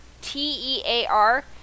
T-E-A-R